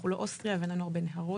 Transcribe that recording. אנחנו לא אוסטריה ואין לנו הרבה נהרות,